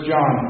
John